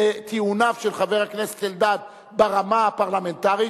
לטיעוניו של חבר הכנסת אלדד ברמה הפרלמנטרית,